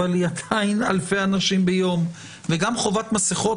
אבל היא עדיין אלפי אנשים ביום וגם חובת מסכות,